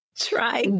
Try